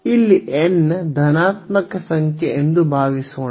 ಇಲ್ಲಿ n ಧನಾತ್ಮಕ ಸಂಖ್ಯೆ ಎಂದು ಭಾವಿಸೋಣ